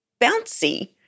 bouncy